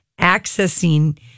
accessing